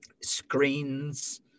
screens